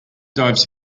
dives